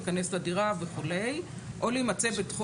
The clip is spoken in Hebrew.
להיכנס לדירה וכולי או להימצא בתחום